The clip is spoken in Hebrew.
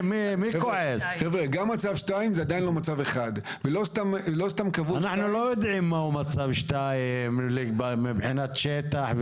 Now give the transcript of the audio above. גם מצב 2 זה עדיין לא מצב 1. אנחנו לא יודעים מהו מצב 2 מבחינת שטח,